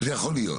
זה יכול להיות.